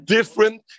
Different